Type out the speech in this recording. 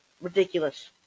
ridiculous